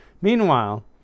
Meanwhile